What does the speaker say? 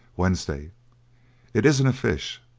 wednesday it isn't a fish.